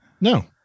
no